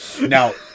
Now